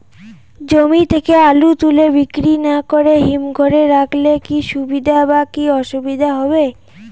জমি থেকে আলু তুলে বিক্রি না করে হিমঘরে রাখলে কী সুবিধা বা কী অসুবিধা হবে?